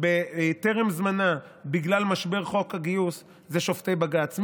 טרם זמנה בגלל משבר חוק הגיוס זה שופטי בג"ץ.